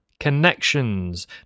connections